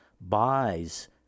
buys